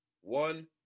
One